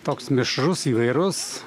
toks mišrus įvairus